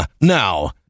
Now